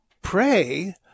pray